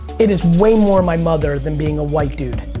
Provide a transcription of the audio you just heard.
it is way more my mother than being a white dude.